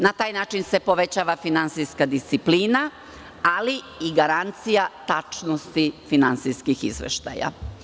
Na taj način se povećava finansijska disciplina, ali i garancija tačnosti finansijskih izveštaja.